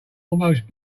almost